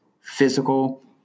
physical